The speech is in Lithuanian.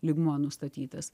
lygmuo nustatytas